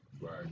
Right